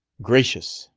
gracious!